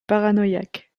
paranoïaque